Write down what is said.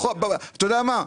אתה יודע מה?